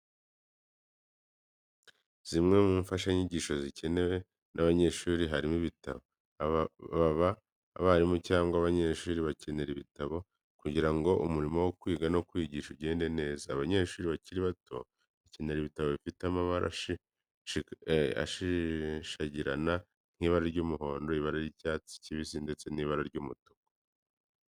Zimwe mu mfashanyigisho zikenerwa n'abanyeshuri harimo ibitabo. Baba abarimu cyangwa abanyeshuri bakenera ibitabo kugira ngo umurimo wo kwiga no kwigisha ugende neza. Abanyeshuri bakiri bato bakenera ibitabo bifite amabara ashashagirana nk'ibara ry'umuhondo, ibara ry'icyatsi kibisi ndetse n'ibara ry'umutuku.